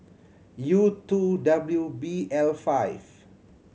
U two W B L five